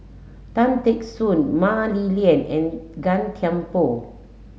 Tan Teck Soon Mah Li Lian and Gan Thiam Poh